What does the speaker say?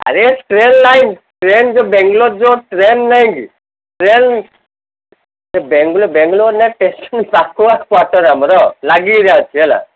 ଆରେ train line train ଯୋଉ ବାଙ୍ଗାଲୋର ଯୋଉ ଟ୍ରେନ୍ ନାହିଁ କି ଟ୍ରେନ୍ ବାଙ୍ଗଲୋର ବାଙ୍ଗଲୋରରେ ଷ୍ଟେସନ୍ ପାଖ କ୍ଵାଟର୍ ଆମର ଲାଗିକିନା ଅଛି ହେଲା